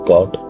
God